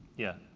yeah.